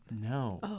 No